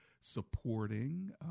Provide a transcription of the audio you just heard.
supporting